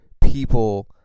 people